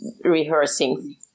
rehearsing